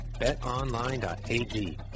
BetOnline.ag